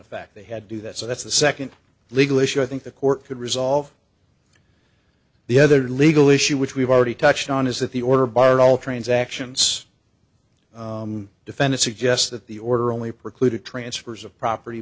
effect they had do that so that's the second legal issue i think the court could resolve the other legal issue which we've already touched on is that the order barred all transactions defend it suggests that the order only precluded transfers of property